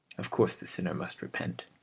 of course the sinner must repent.